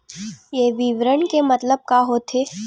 ये विवरण के मतलब का होथे?